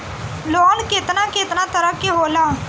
Loan केतना केतना तरह के होला?